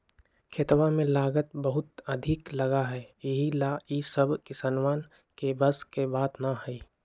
खेतवा में लागत बहुत अधिक लगा हई यही ला ई सब किसनवन के बस के बात ना हई